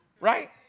Right